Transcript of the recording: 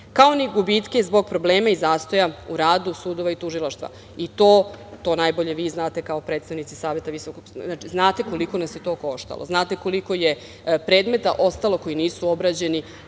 kao ni gubitke zbog problema i zastoja u radu sudova i tužilaštva. To najbolje vi znate kao predstavnici Saveta Visokog saveta sudstva, znate koliko nas je to koštalo. Znate koliko je predmeta ostalo koji nisu obrađeni,